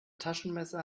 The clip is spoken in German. taschenmesser